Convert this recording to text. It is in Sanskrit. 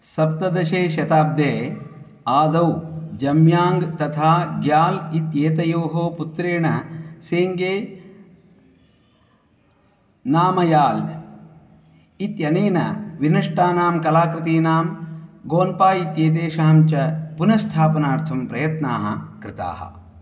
सप्तदशे शताब्दे आदौ जम्याङ्ग् तथा ग्याल् इत्येतयोः पुत्रेण सेङ्गे नामयाल् इत्यनेन विनष्टानां कलाकृतीनां गोन्पाय् इत्येतेषां च पुनः स्थापनार्थं प्रयत्नाः कृताः